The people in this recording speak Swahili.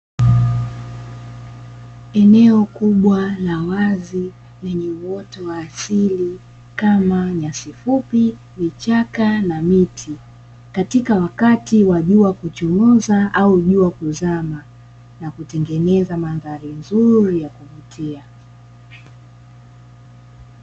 Eneo kubwa la wazi lenye uoto wa asili kama nyasi fupi, vichaka na miti katika wakati wa jua kuchomoza au jua kuzama na kutengeneza mandhari nzuri ya kuvutia.